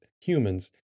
humans